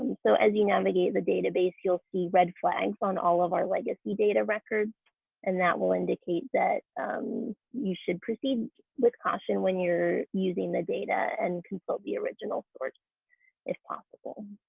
so as you navigate the database you'll see red flags on all of our legacy data records and that will indicate that you should proceed with caution when you're using the data and consult the original source if possible.